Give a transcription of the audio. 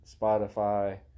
Spotify